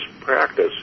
practice